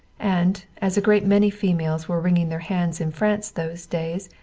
and, as a great many females were wringing their hands in france those days,